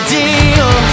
deal